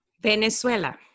Venezuela